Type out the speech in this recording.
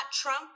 Trump